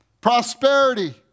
prosperity